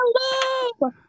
Hello